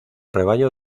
rebaño